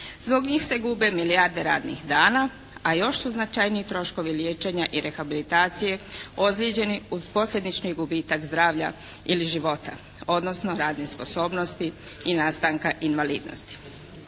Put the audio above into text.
Zbog njih se gube milijarde radnih dana a još su značajniji troškovi liječenja i rehabilitacije ozlijeđenih uz posljedični gubitak zdravlja ili života odnosno radne sposobnosti i nastanka invalidnosti.